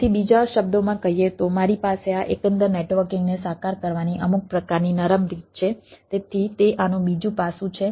તેથી બીજા શબ્દોમાં કહીએ તો મારી પાસે આ એકંદર નેટવર્કિંગને સાકાર કરવાની અમુક પ્રકારની નરમ રીત છે તેથી તે આનું બીજું પાસું છે